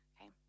okay